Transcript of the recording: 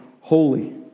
holy